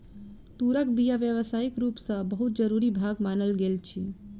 तूरक बीया व्यावसायिक रूप सॅ बहुत जरूरी भाग मानल गेल अछि